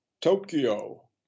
Tokyo